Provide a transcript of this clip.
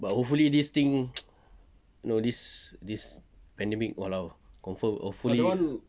but hopefully this thing know this this pandemic !walao! confirm hopefully